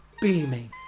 beaming